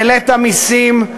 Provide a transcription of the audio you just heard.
העלית מסים,